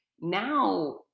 now